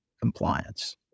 compliance